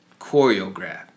choreograph